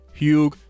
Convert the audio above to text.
Hugh